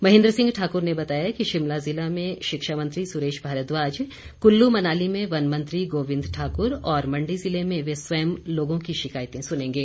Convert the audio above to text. महेन्द्र सिंह ठाकुर ने बताया कि शिमला जिला में शिक्षा मंत्री सुरेश भारद्वाज कुल्लू मनाली में वन मंत्री गोबिंद ठाकुर और मण्डी जिले में वे स्वयं लोगों की शिकायतें सुनेंगे